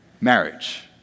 Marriage